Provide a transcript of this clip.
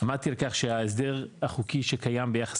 עמדתי על כך שההסדר החוקי שקיים ביחס